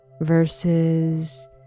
versus